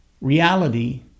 reality